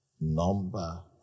number